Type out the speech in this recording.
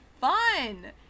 fun